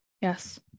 Yes